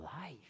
life